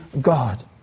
God